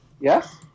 yes